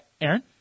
Aaron